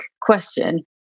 question